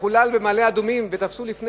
במקרה של בית-הכנסת שחולל במעלה-אדומים תפסו לפני